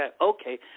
okay